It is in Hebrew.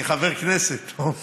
כחבר כנסת.